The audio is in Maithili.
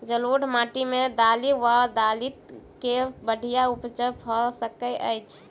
जलोढ़ माटि मे दालि वा दालि केँ बढ़िया उपज भऽ सकैत अछि की?